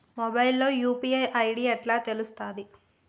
Mobile లో UPI ID ఎట్లా తెలుస్తది?